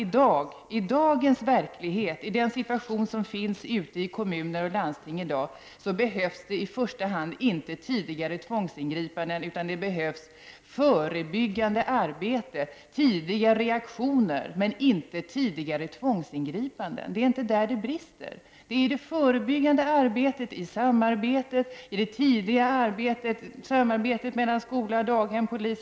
I dagens verklighet, i den situation som råder ute i kommuner och landsting i dag, behövs i första hand inte tidigare tvångsingripanden utan förebyggande arbete och tidiga reaktioner. Men man behöver inte tidiga tvångsingripanden. Det är inte där det brister. I dag brister det i det förebyggande arbetet, i det tidiga samarbetet mellan skola, daghem och polis.